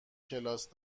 کلاس